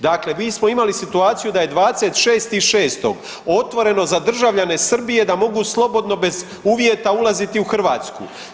Dakle mi smo imali situaciju da je 26.6. otvoreno za državljane Srbije da mogu slobodno bez uvjeta ulaziti u Hrvatsku.